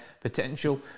potential